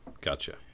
gotcha